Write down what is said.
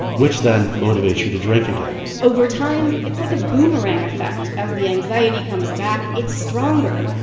which then motivates you to drink again over time, it's like a boomerang effect. as the anxiety comes back, it's stronger.